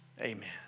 Amen